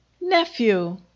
Nephew